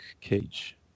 Cage